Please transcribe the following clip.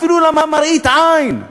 אפילו לא למראית עין,